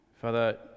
Father